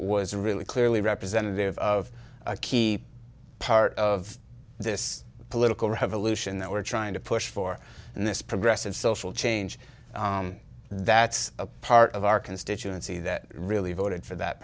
was really clearly representative of a key part of this political revolution that we're trying to push for and this progressive social change that's a part of our constituency that really voted for that